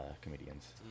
comedians